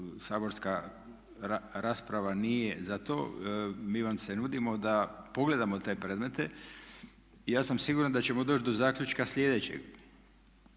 Saborska rasprava nije za to. Mi vam se nudimo da pogledamo te premete. Ja sam siguran da ćemo doći do zaključka slijedećeg,